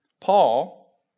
Paul